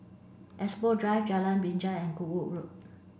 Expo Drive Jalan Binjai and Goodwood Road